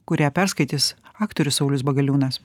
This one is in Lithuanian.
kurią perskaitys aktorius saulius bagaliūnas